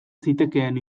zitekeen